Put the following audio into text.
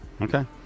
Okay